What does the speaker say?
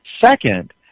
second